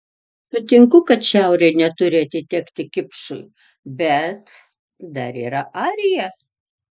sutinku kad šiaurė neturi atitekti kipšui bet dar yra arija